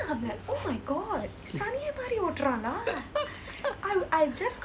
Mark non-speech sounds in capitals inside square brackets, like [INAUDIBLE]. [LAUGHS]